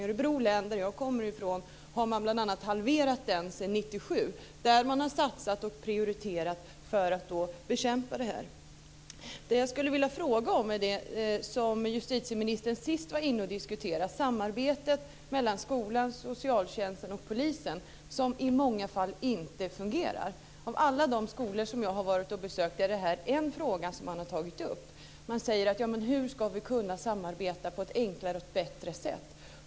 I Örebro län som jag kommer från har man bl.a. halverat ungdomsbrottsligheten sedan 1997. Man har satsat och prioriterat för att bekämpa det här. Jag skulle vilja fråga om det sista justitieministern diskuterade, samarbetet mellan skolan, socialtjänsten och polisen, som i många fall inte fungerar. Av alla de skolor som jag har besökt är det här en fråga som man har tagit upp. Man säger: Hur ska vi kunna samarbeta på ett enklare och bättre sätt?